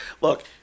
Look